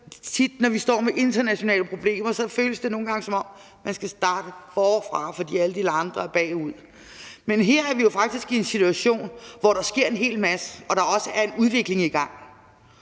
når vi står med internationale problemer, føles, som om man skal starte forfra, fordi alle de andre er bagud. Men her er vi jo faktisk i en situation, hvor der sker en hel masse, og hvor der også er en udvikling i gang.